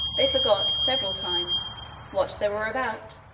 they forgot several times what they were about,